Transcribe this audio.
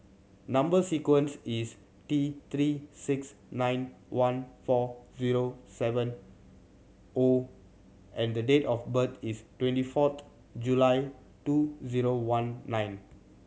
number sequence is T Three six nine one four zero seven O and the date of birth is twenty fourth July two zero one nine